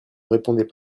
répondait